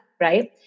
Right